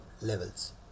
levels